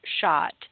shot